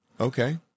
Okay